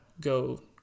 go